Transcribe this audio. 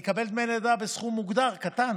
הוא יקבל דמי לידה בסכום מוגדר, קטן.